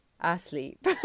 asleep